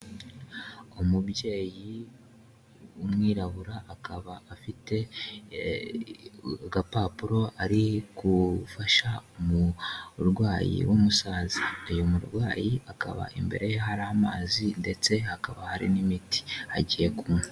Umubyeyi w'umwirabura, akaba afite agapapuro ari gufasha umurwayi w'umusaza uyu murwayi akaba imbere ye hari amazi ndetse hakaba hari n'imiti agiye kunywa.